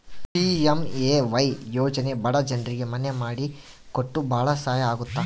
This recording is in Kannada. ಪಿ.ಎಂ.ಎ.ವೈ ಯೋಜನೆ ಬಡ ಜನ್ರಿಗೆ ಮನೆ ಮಾಡಿ ಕೊಟ್ಟು ಭಾಳ ಸಹಾಯ ಆಗುತ್ತ